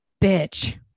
bitch